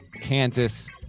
Kansas